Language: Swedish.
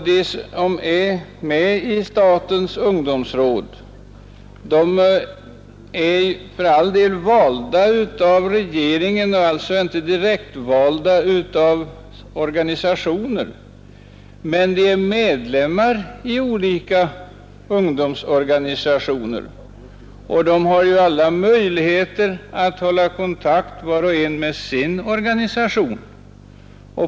De som är med i statens ungdomsråd är för all del utsedda av regeringen och alltså inte direktvalda av organisationer, men de är medlemmar i olika ungdomsorganisationer och de har ju alla möjligheter att hålla kontakt var och en med sin organisation.